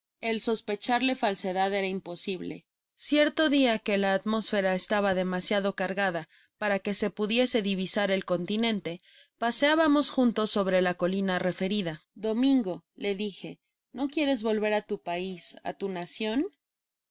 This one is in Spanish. el sospecharle falsedad era imposible cierto dia que la atmósfera estaba demasiado cargada para que se pudiese divisar el continente paseábamos juntos sobre la colina referida domingo le dije no quieres volver á tu pais á tu nacion si